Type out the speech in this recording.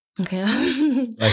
Okay